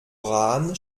rahn